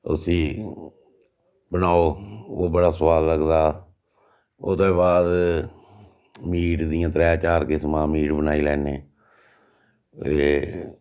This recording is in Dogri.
उसी बनाओ बड़ा ओह् बड़ा सुआद लगदा ओह्दे बाद मीट दियां त्रै चार किसमां दा मीट बनाई लैन्ने एह्